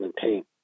team